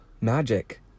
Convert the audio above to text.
magic